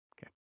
Okay